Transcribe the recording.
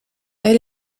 elle